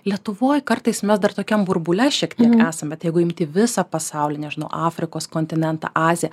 lietuvoj kartais mes dar tokiam burbule šiek tiek nesam bet jeigu imti visą pasaulį nežinau afrikos kontinentą aziją